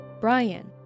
Brian